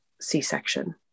c-section